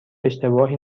اشتباهی